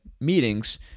meetings